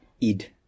id